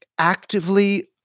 actively